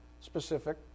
specific